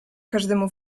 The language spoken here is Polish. każdemu